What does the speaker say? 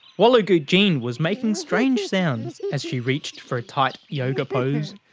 wallagoot jean was making strange sounds as she reached for a tight yoga pose.